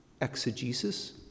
exegesis